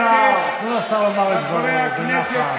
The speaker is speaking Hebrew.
חברי הכנסת, תנו לשר לומר את דברו בנחת.